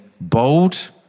bold